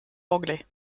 anglais